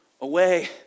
away